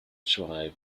tribe